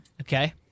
Okay